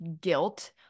guilt